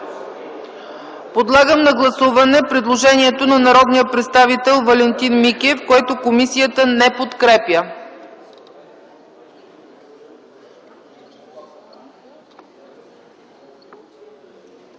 Подлагам на гласуване предложението на народния представител Валентин Микев, което комисията не подкрепя.